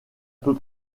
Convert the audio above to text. peu